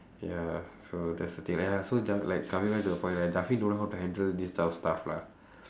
ya so that's the thing like ya so ja~ like coming back to the point right don't know how to handle this kind of stuff lah